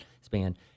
span